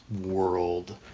world